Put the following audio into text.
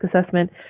assessment